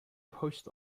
post